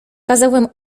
kazałem